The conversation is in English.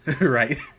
Right